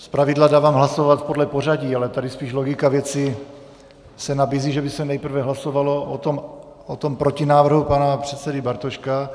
Zpravidla dávám hlasovat podle pořadí, ale tady spíše logika věci se nabízí, že by se nejprve hlasovalo o tom protinávrhu pana předsedy Bartoška.